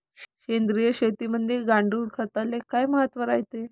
सेंद्रिय शेतीमंदी गांडूळखताले काय महत्त्व रायते?